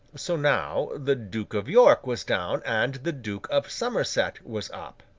so now the duke of york was down, and the duke of somerset was up.